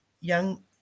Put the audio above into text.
young